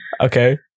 okay